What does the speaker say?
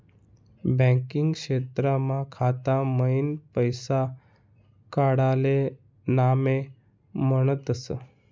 banking क्षेत्रमा खाता मईन पैसा काडाले नामे म्हनतस